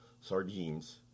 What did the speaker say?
sardines